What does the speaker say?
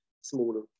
smaller